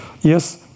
Yes